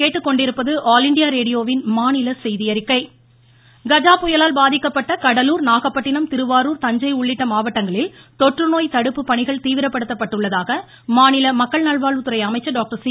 விஜயபாஸ்கர் கஜா புயலால் பாதிக்கப்பட்ட கடலூர் நாகப்பட்டினம் திருவாரூர் தஞ்சை மாவட்டங்களில் உள்ளிட்ட பணிகள் தீவிரப்படுத்தப்பட்டுள்ளதாக மாநில மக்கள் நல்வாழ்வுத்துறை அமைச்சர் டாக்டர் சி